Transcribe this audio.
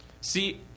See